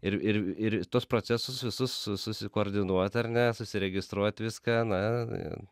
ir ir ir tuos procesus visus susikoordinuot ar nes susiregistruot viską na